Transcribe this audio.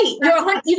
Right